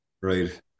Right